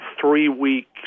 three-week